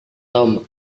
tom